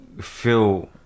feel